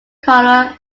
colour